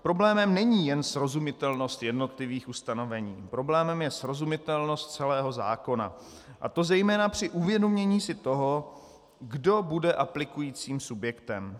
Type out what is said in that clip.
Problémem není jen srozumitelnost jednotlivých ustanovení, problémem je srozumitelnost celého zákona, a to zejména při uvědomění si toho, kdo bude aplikujícím subjektem.